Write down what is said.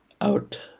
out